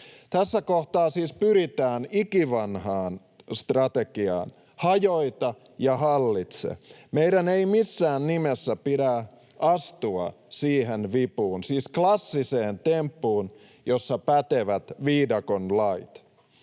Tässä kohtaa siis pyritään ikivanhaan strategiaan: hajota ja hallitse. Meidän ei missään nimessä pidä astua siihen vipuun, siis klassiseen temppuun, jossa pätevät viidakon lait.